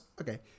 okay